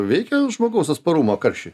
veikia žmogaus atsparumą karščiui